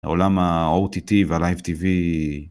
העולם האוטיטיב, הלייב טיווי